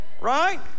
Right